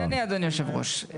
אני אענה אדוני יושב הראש.